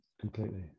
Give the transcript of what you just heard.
completely